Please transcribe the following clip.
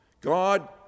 God